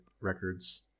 records